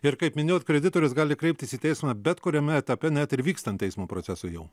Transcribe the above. ir kaip minėjot kreditorius gali kreiptis į teismą bet kuriame etape net ir vykstant teismo procesui jau